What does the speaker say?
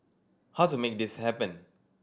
how to make this happen